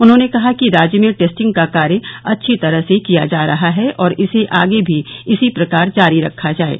उन्होंने कहा कि राज्य में टेस्टिंग का कार्य अच्छी तरह से किया जा रहा है और इसे आगे भी इसी प्रकार जारी रखा जाये